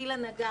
גילה נגר,